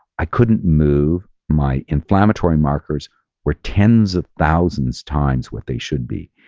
i couldn't move. my inflammatory markers were tens of thousands times what they should be.